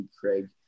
Craig